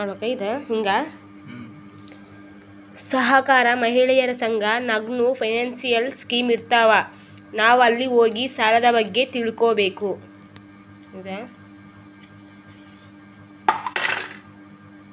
ಸಹಕಾರ, ಮಹಿಳೆಯರ ಸಂಘ ನಾಗ್ನೂ ಫೈನಾನ್ಸಿಯಲ್ ಸ್ಕೀಮ್ ಇರ್ತಾವ್, ನಾವ್ ಅಲ್ಲಿ ಹೋಗಿ ಸಾಲದ್ ಬಗ್ಗೆ ಕೇಳಿ ತಿಳ್ಕೋಬೇಕು